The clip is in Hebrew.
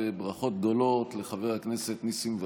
וברכות גדולות לחבר הכנסת ניסים ואטורי.